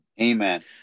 Amen